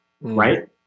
right